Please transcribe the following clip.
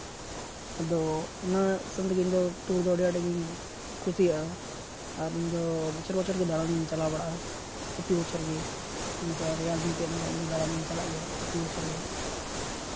ᱟᱫᱚ ᱚᱱᱟ ᱥᱟᱝ ᱛᱮᱜᱮ ᱤᱧᱫᱚ ᱴᱩᱨ ᱫᱚ ᱟᱹᱰᱤ ᱟᱸᱴᱜᱤᱧ ᱠᱩᱥᱤᱭᱟᱜᱼᱟ ᱟᱨ ᱤᱧᱫᱚ ᱵᱚᱪᱷᱚᱨ ᱵᱚᱪᱷᱚᱨᱜᱮ ᱫᱟᱬᱟᱱ ᱤᱧ ᱪᱟᱞᱟᱣ ᱵᱟᱲᱟᱜᱼᱟ ᱯᱨᱚᱛᱤ ᱵᱚᱪᱷᱚᱨ ᱜᱮ ᱚᱱᱠᱟ ᱨᱮᱭᱟᱲ ᱫᱤᱱ ᱛᱟᱦᱮᱸ ᱞᱮᱱᱠᱷᱟᱱ ᱤᱧᱫᱚ ᱫᱟᱬᱟᱱᱤᱧ ᱪᱟᱞᱟᱜ ᱜᱮᱭᱟ ᱯᱨᱚᱛᱤ ᱵᱚᱪᱷᱚᱨ ᱜᱮ